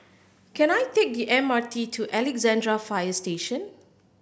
can I take the M R T to Alexandra Fire Station